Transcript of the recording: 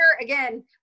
again